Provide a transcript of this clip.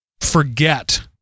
forget